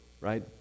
right